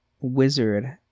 wizard